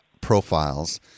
profiles